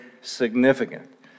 significant